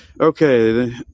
Okay